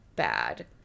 bad